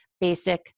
basic